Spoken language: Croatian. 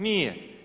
Nije.